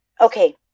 okay